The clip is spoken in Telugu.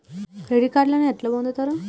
క్రెడిట్ కార్డులను ఎట్లా పొందుతరు?